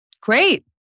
Great